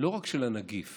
רק של הנגיף